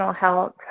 health